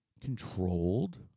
controlled